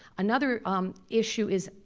another um issue is,